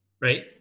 Right